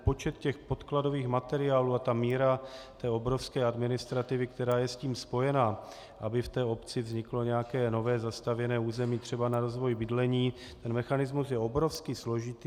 Počet podkladových materiálů a míra obrovské administrativy, která je s tím spojena, aby v obci vzniklo nějaké nové zastavěné území třeba na rozvoj bydlení, mechanismus je obrovsky složitý.